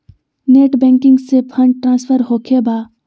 Net banking से fund transfer होखें बा?